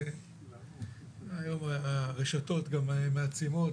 היום הרשתות מעצימות,